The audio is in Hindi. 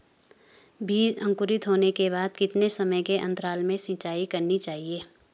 बीज अंकुरित होने के बाद कितने समय के अंतराल में सिंचाई करनी चाहिए?